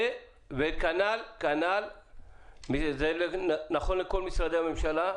וכנ"ל נכון לכל משרדי הממשלה,